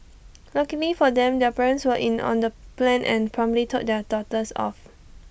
luckily for them their parents were in on the plan and promptly told their daughters off